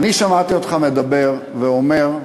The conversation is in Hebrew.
אני שמעתי אותך מדבר ואומר,